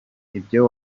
ibyo